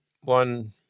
one